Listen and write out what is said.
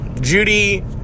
Judy